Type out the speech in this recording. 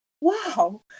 wow